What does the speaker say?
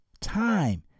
Time